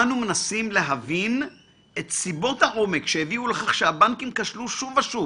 אנו מנסים להבין את סיבות העומק לכך שהבנקים כשלו שוב ושוב